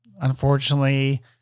Unfortunately